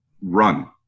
run